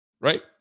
right